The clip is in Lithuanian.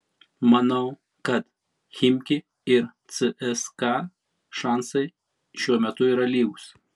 manau kad chimki ir cska šansai šiuo metu yra lygūs